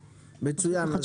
מצוין.